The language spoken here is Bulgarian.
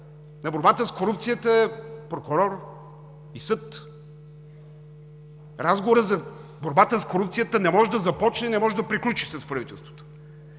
на борбата с корупцията е прокурор и съд. Разговорът за борбата с корупцията не може да започне и не може да приключи с правителството.